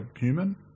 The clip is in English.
human